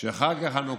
שחג החנוכה,